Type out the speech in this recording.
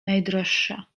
najdroższa